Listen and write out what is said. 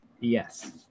Yes